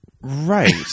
Right